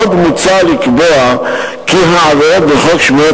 עוד מוצע לקבוע כי העבירות בחוק השמירה